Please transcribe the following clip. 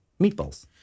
Meatballs